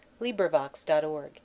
LibriVox.org